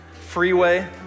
Freeway